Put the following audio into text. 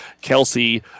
Kelsey